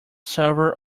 server